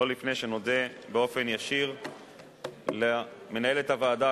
לא לפני שנודה באופן ישיר למנהלת הוועדה,